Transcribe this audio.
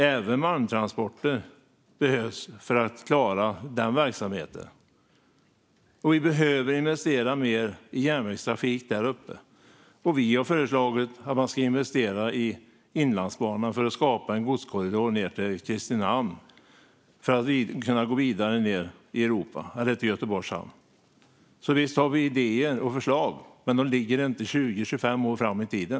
Även malmtransporter behövs för att klara verksamheten. Vi behöver investera mer i järnvägstrafik där uppe. Vi har föreslagit att man ska investera i Inlandsbanan för att skapa en godskorridor ned till Kristinehamn, för att kunna komma vidare ned till Europa eller Göteborgs hamn. Visst har vi idéer och förslag, men de ligger inte 20-25 år framåt i tiden.